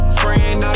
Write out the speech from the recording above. friend